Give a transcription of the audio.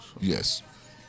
Yes